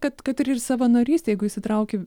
kad kad ir savanorystė jeigu įsitrauki